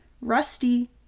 rusty